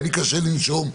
היה לי קשה לנשום,